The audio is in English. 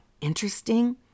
interesting